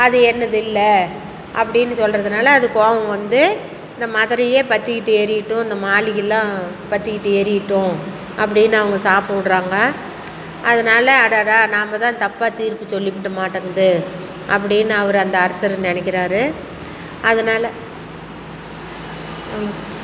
அது என்னுதில்லை அப்படின்னு சொல்றதுனால் அது கோபம் வந்து இந்த மதுரையே பற்றிக்கிட்டு எரியட்டும் இந்த மாளிகைலாம் பற்றிக்கிட்டு எரியட்டும் அப்படின்னு அவங்க சாபம் விட்றாங்க அதனால் அடடா நாம் தான் தப்பாக தீர்ப்பு சொல்லிவிட்டோம் மாட்டக்குது அப்படின்னு அவர் அந்த அரசர் நினைக்கிறாரு அதனால்